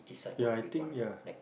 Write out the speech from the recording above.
ya I think ya